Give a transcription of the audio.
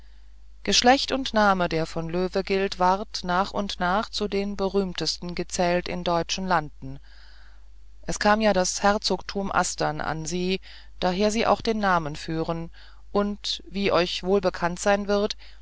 geschlecht und name der von löwegilt ward nach und nach zu den berühmtesten gezählt in deutschen landen es kam ja das herzogtum astern an sie daher sie auch den namen führen und wie euch wohl bekannt sein wird